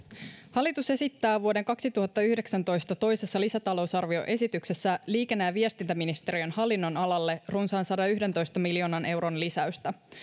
hallitus esittää vuoden kaksituhattayhdeksäntoista toisessa lisätalousarvioesityksessä liikenne ja viestintäministeriön hallinnonalalle runsaan sadanyhdentoista miljoonan euron lisäystä